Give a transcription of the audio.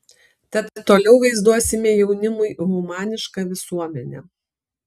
tad toliau vaizduosime jaunimui humanišką visuomenę